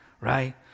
right